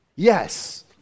Yes